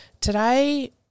Today